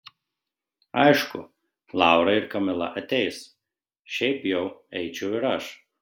aišku laura ir kamila ateis šiaip jau eičiau ir aš